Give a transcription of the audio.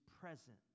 present